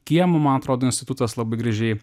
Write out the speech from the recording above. kiemo man atrodo institutas labai gražiai